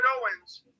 Owens